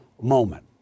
moment